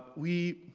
we